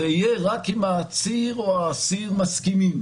זה יהיה רק אם האסיר או העציר מסכימים,